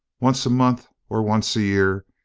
once a month, or once a year,